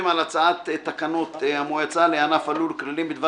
הצעת תקנות המועצה לענף הלול (כללים בדבר